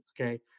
okay